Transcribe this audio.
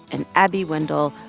and abby wendle.